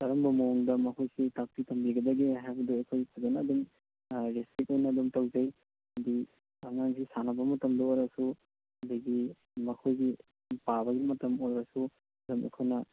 ꯀꯔꯝꯕ ꯃꯑꯣꯡꯗ ꯃꯈꯣꯏꯁꯤ ꯇꯥꯛꯄꯤ ꯇꯝꯕꯤꯒꯗꯒꯦ ꯍꯥꯏꯕꯗꯣ ꯑꯩꯈꯣꯏ ꯐꯖꯅ ꯑꯗꯨꯝ ꯔꯦꯁꯇ꯭ꯔꯤꯛ ꯑꯣꯏꯅ ꯑꯗꯨꯝ ꯇꯧꯖꯩ ꯍꯥꯏꯗꯤ ꯑꯉꯥꯡꯒꯤ ꯁꯥꯟꯅꯕ ꯃꯇꯝꯗ ꯑꯣꯏꯔꯁꯨ ꯑꯗꯨꯗꯒꯤ ꯃꯈꯣꯏꯒꯤ ꯄꯥꯕꯒꯤ ꯃꯇꯝ ꯑꯣꯏꯔꯁꯨ ꯑꯩꯈꯣꯏꯅ